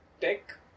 tech